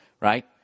right